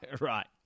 Right